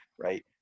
right